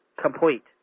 complete